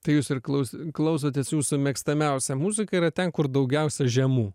tai jūs ir klaus klausotės jūsų mėgstamiausia muzika yra ten kur daugiausia žemų